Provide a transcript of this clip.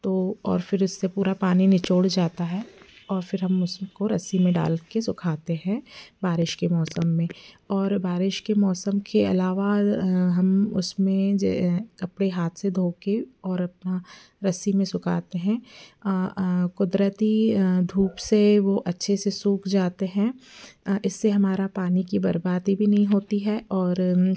तो और फिर उससे पूरा पानी निचोड़ जाता है और फिर हम उसको रस्सी में डाल के सुखाते हैं बारिश के मौसम में और बारिश के मौसम के अलावा हम उसमें जे कपड़े हाथ से धो कर और अपना रस्सी में सुखाते हैं कुदरती धूप से वो अच्छे से सूख जाते हैं इससे हमारे पानी की बर्बादी भी नहीं होती है और